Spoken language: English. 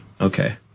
Okay